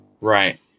right